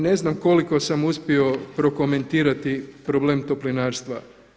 Ne znam koliko sam uspio prokomentirati problem toplinarstva.